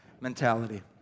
mentality